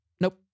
Nope